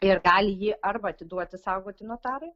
ir gali jį arba atiduoti saugoti notarui